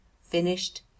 finished